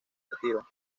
retiro